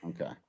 Okay